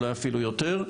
אולי אפילו יותר,